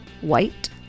White